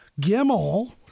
Gimmel